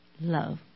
love